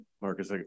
Marcus